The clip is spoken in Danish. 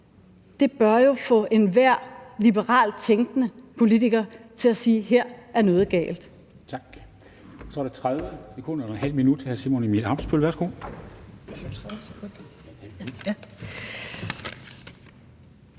tør, bør jo få enhver liberalt tænkende politiker til at sige: Her er noget galt.